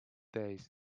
days